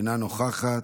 אינה נוכחת,